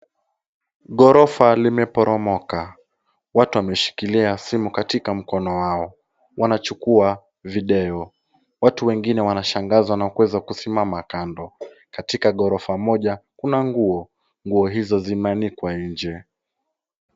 Ghorofa limeporomoka, watu wameshikilia simu katika mkono wao wanachukua video. Watu wengine wanashangazwa na kuweza kusimama kando, katika ghorofa moja kuna nguo, nguo hizo zimeanikwa nje.